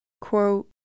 Quote